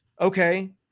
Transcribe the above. Okay